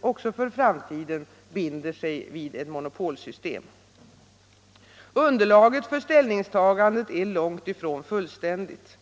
också för framtiden binder sig vid ett monopolsystem. Underlaget för ställningstagandet är långt ifrån fullständigt.